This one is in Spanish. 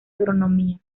agronomía